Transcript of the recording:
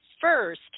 first